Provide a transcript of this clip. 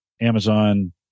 Amazon